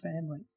family